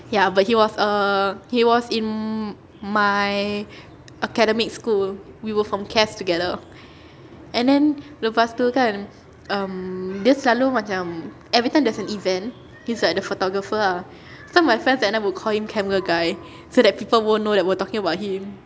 ya but he was err he was in my academic school we were from together and then lepas tu kan um dia selalu macam everytime there's an event he's like the photographer ah so my friends and I will call him camera guy so that people won't know that we're talking about him